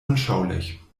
anschaulich